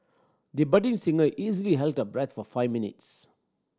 the budding singer easily held her breath for five minutes